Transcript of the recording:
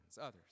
others